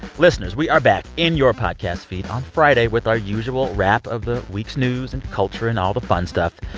listeners, we are back in your podcast feed on friday with our usual wrap of the week's news and culture and all the fun stuff.